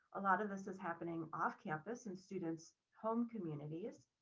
a lot of this is happening off campus and students, home communities,